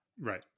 Right